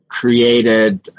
created